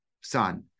son